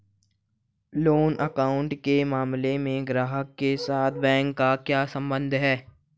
Loan account के मामले में ग्राहक के साथ बैंक का क्या संबंध है?